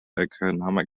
economic